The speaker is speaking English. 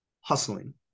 hustling